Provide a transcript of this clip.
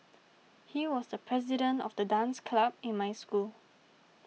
he was the president of the dance club in my school